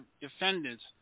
defendants